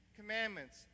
commandments